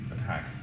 attack